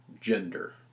gender